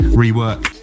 rework